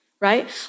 right